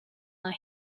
are